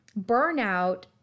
Burnout